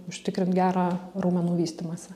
užtikrint gerą raumenų vystymąsi